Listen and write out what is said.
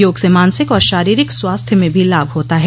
योग से मानसिक और शारीरिक स्वास्थ्य में भी लाभ होता है